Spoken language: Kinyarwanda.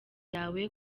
yawe